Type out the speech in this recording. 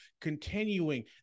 continuing